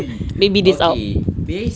maybe this out